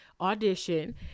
audition